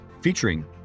featuring